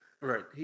Right